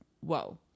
whoa